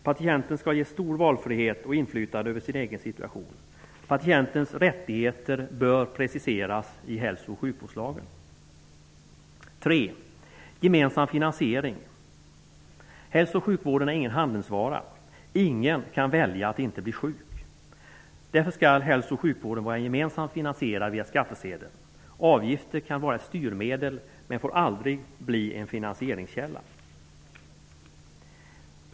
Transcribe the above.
Patienten skall ges stor valfrihet och inflytande över sin egen situation. Patientens rättigheter bör preciseras i hälso och sjukvårdslagen. För det tredje: Gemensam finansiering. Hälso och sjukvården är ingen handelsvara. Ingen kan välja att inte bli sjuk. Därför skall hälso och sjukvården vara gemensamt finansierad via skattsedeln. Avgifter kan vara ett styrmedel, men får aldrig bli en finansieringskälla.